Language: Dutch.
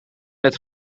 net